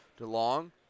DeLong